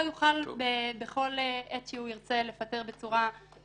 אנחנו צריכים לשים לב שהשר לא יוכל בכל עת שהוא ירצה לפטר בצורה פשוטה,